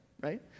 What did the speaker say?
Right